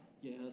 Yes